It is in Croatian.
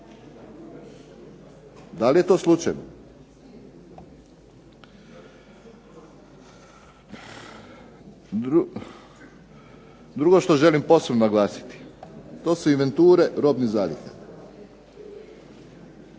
DA li je to slučajno? Drugo što želim posebno naglasiti to su inventure robnih zaliha.